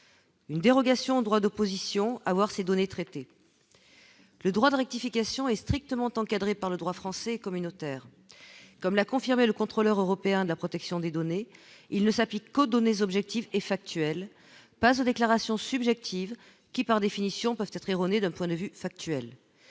une dérogation au droit d'opposition à voir ces données traitées le droit de rectification est strictement encadré par le droit français communautaire, comme l'a confirmé le contrôleur européen de la protection des données, il ne s'applique qu'aux données objectives et factuelle pas aux déclarations subjectives qui, par définition, peuvent être erronée d'un point de vue factuel,